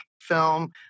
film